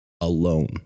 alone